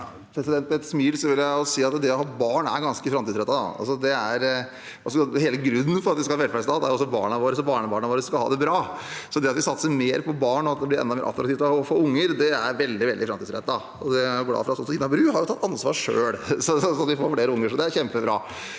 Med et smil vil jeg si at det å ha barn er ganske framtidsrettet. Hele grunnen til at vi skal ha en velferdsstat, er at barna og barnebarna våre skal ha det bra. Det at vi satser mer på barn, at det blir enda mer attraktivt å få unger, er veldig framtidsrettet. Jeg er glad for at Tina Bru selv har tatt ansvar for at vi får flere unger. Det er kjempebra.